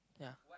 yeah